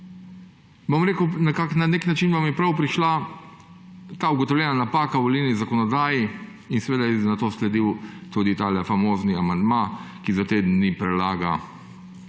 na nek način vam je prav prišla ta ugotovljena napaka v volilni zakonodaji in seveda je nato sledil tudi tale famozni amandma, ki za teden dni prelaga